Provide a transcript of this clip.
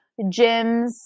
gyms